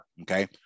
okay